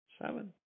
seven